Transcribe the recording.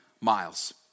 miles